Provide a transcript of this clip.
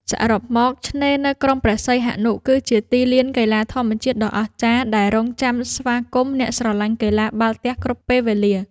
សរុបមក ឆ្នេរនៅក្រុងព្រះសីហនុគឺជាទីលានកីឡាធម្មជាតិដ៏អស្ចារ្យ ដែលរង់ចាំស្វាគមន៍អ្នកស្រឡាញ់កីឡាបាល់ទះគ្រប់ពេលវេលា។